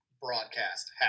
broadcast